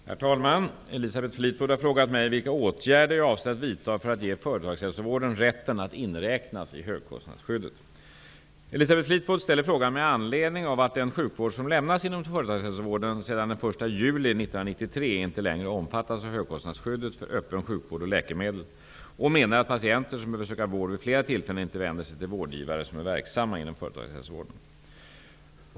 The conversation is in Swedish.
Herr talman! Elisabeth Fleetwood har frågat mig vilka åtgärder jag avser att vidta för att ge företagshälsovården rätten att inräknas i högkostnadsskyddet. Elisabeth Fleetwood ställer frågan med anledning av att den sjukvård som lämnas inom företagshälsovården sedan den 1 juli 1993 inte längre omfattas av högkostnadsskyddet för öppen sjukvård och läkemedel och menar att patienter som behöver söka vård vid flera tillfällen inte vänder sig till vårdgivare som är verksamma inom företagshälsovården.